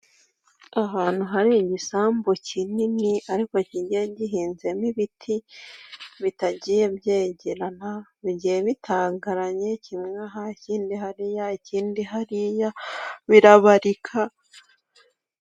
Ahantu hari igisambu kinini ariko kigiye gihinzemo ibiti bitagiye byegerana, bigiye bitangaranye kimwe aha ikindi hariya ikindi hariya birabarika.